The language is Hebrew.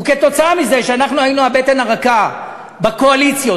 ומכיוון שאנחנו היינו הבטן הרכה בקואליציות